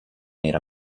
era